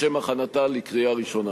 לשם הכנתה לקריאה ראשונה.